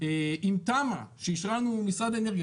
עם תמ"א שאישר לנו משרד האנרגיה,